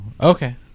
Okay